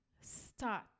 start